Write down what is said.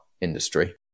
industry